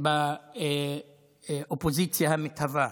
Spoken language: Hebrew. באופוזיציה המתהווה.